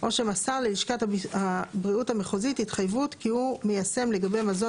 או שמסר ללשכת הבריאות המחוזית התחייבות כי הוא מיישם לגבי מזון